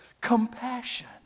Compassion